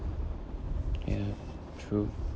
ya true